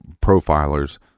profilers